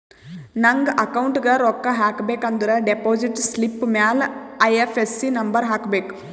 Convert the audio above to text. ನಂಗ್ ಅಕೌಂಟ್ಗ್ ರೊಕ್ಕಾ ಹಾಕಬೇಕ ಅಂದುರ್ ಡೆಪೋಸಿಟ್ ಸ್ಲಿಪ್ ಮ್ಯಾಲ ಐ.ಎಫ್.ಎಸ್.ಸಿ ನಂಬರ್ ಹಾಕಬೇಕ